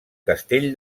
castell